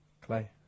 Clay